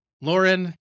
Lauren